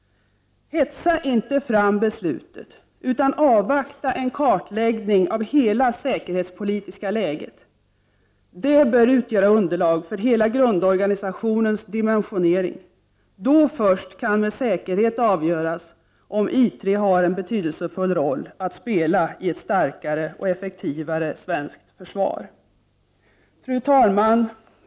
Hetsa inte fram beslutet, utan avvakta en kartläggning av hela det säkerhetspolitiska läget! Det bör utgöra underlag för hela grundorganisationens dimensionering. Då först kan man med säkerhet avgöra om I 3 har en betydelsefull roll att spela i ett starkare och effektivare svenskt försvar. Fru talman!